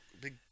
big